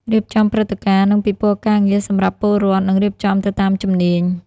រៀបចំព្រឹត្តិការណ៍ និងពិព័រណ៍ការងារសម្រាប់ពើរដ្ឋ និងរៀបចំទៅតាមជំនាញ។